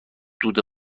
دود